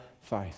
faith